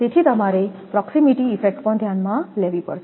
તેથી તમારે proximity effect પણ ધ્યાનમાં લેવી પડશે